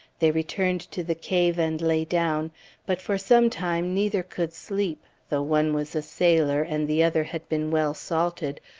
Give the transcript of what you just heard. they returned to the cave and lay down but for some time neither could sleep, though one was a sailor and the other had been well salted,